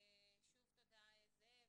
שוב תודה, זאב.